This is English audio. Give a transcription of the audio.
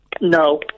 No